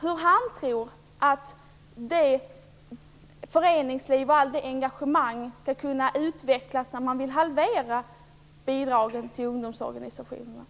Hur tror Stig Bertilsson föreningslivet och allt detta engagemang skall kunna utvecklas om man halverar bidraget till ungdomsorganisationerna?